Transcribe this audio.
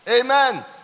Amen